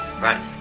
right